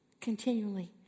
Continually